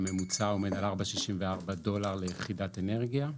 הממוצע עומד על 4.64 דולר ליחידת אנרגיה,